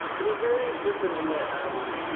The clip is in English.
it was very different in that um